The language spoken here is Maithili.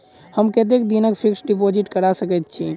हम कतेक दिनक फिक्स्ड डिपोजिट करा सकैत छी?